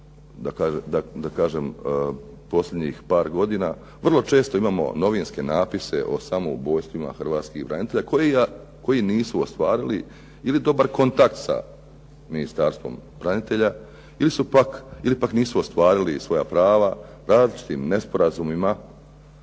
da kažem posljednjih par godina vrlo često imamo novinske napise o samoubojstvima hrvatskih branitelja koji nisu ostvarili ili dobar kontakt sa Ministarstvom branitelja ili pak nisu ostvarili svoja prava različitim nesporazumima,